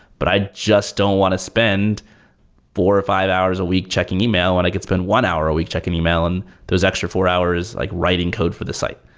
but i just don't want to spend four or five hours a week checking email when i could spend one hour a week checking email and those extra four hours like writing code for the site.